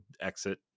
exit